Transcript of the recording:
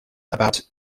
about